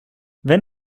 wenn